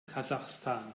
kasachstan